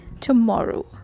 tomorrow